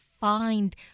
find